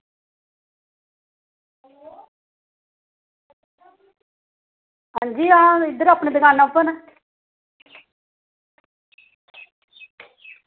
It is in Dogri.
आं जी अंऊ इद्धर अपनी दुकानां उप्पर